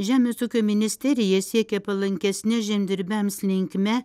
žemės ūkio ministerija siekia palankesne žemdirbiams linkme